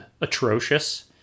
atrocious